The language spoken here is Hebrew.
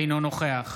אינו נוכח